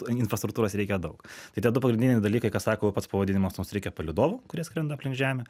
infrastruktūros reikia daug tai tie du pagrindiniai dalykai ką sako jau pats pavadinimas mums reikia palydovų kurie skrenda aplink žemę